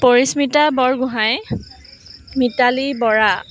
Parismita Borgohain Mitali Bora